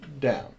down